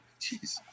Jeez